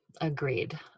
agreed